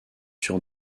sur